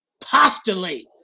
postulate